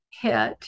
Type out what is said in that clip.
hit